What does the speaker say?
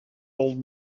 old